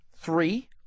Three